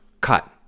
cut